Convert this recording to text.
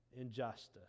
injustice